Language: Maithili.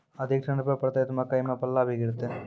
अधिक ठंड पर पड़तैत मकई मां पल्ला भी गिरते?